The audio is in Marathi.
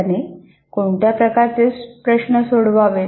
त्याने कोणत्या प्रकारचे प्रश्न सोडवावेत